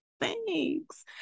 Thanks